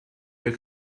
your